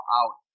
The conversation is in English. out